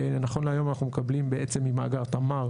נכון להיום אנחנו מקבלים בעצם ממאגר תמר